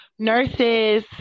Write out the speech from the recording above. nurses